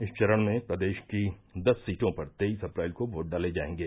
इस चरण में प्रदेश की दस सीटों पर तेईस अप्रैल को वोट डाले जायेंगे